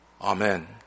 Amen